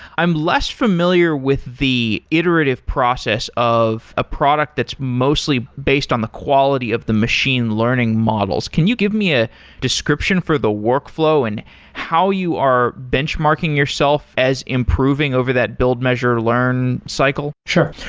i'm less familiar with the iterative process of a product that's mostly based on the quality of the machine learning models. can you give me a description for the workflow and how you are benchmarking yourself as improving over that build measure learn cycle? sure.